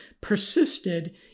persisted